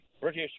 British